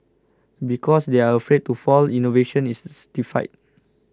because they are afraid to fail innovation is stifled